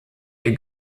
ihr